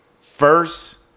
first